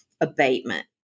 abatement